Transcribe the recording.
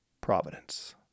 providence